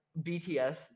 BTS